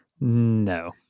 No